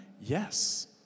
yes